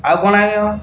ଆଉ କଣ